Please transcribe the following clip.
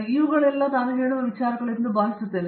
ಹೌದು ನಾನು ಬರುವ ವಿಷಯಗಳು ಇವು ಎಂದು ನಾನು ಭಾವಿಸುತ್ತೇನೆ